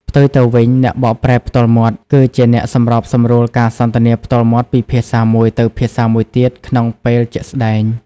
ផ្ទុយទៅវិញ អ្នកបកប្រែផ្ទាល់មាត់ គឺជាអ្នកសម្របសម្រួលការសន្ទនាផ្ទាល់មាត់ពីភាសាមួយទៅភាសាមួយទៀតក្នុងពេលជាក់ស្ដែង។